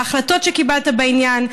על ההחלטות שקיבלת בעניין,